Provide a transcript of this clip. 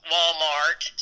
Walmart